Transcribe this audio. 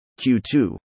q2